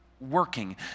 working